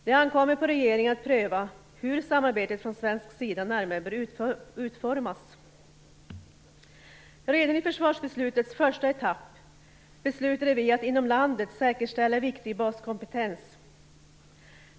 Det ankommer på regeringen att pröva hur samarbetet från svensk sida närmare bör utformas. Redan i försvarsbeslutets första etapp beslutades det att inom landet säkerställa viktig baskompetens.